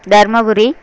Dharmapuri